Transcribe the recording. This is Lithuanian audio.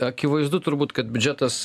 akivaizdu turbūt kad biudžetas